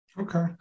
Okay